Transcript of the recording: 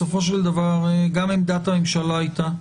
בסופו של דבר גם עמדת הממשלה היתה,